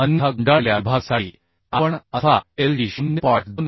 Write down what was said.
अन्यथा गुंडाळलेल्या विभागासाठी आपण अल्फा lt 0